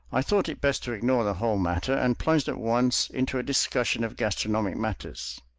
i thought it best to ignore the whole matter and plunged at once into a discussion of gastronomic matters.